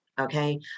okay